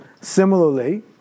similarly